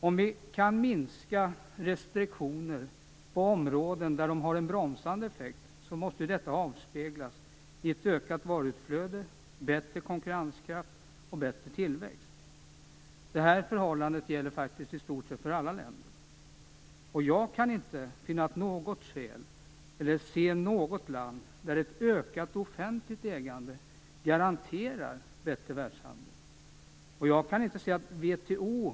Om vi kan minska restriktionerna på områden där de har en bromsande effekt måste detta avspeglas i ett ökat varuflöde, bättre konkurrenskraft och bättre tillväxt. Detta förhållande gäller faktiskt i stort sett för alla länder. Jag kan inte finna något skäl till att ett ökat offentligt ägande garanterar bättre världshandel, och jag kan inte se något land där det är så.